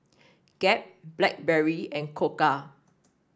Gap Blackberry and Koka